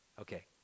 Okay